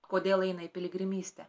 kodėl eina į piligrimystę